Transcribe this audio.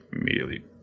immediately